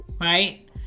right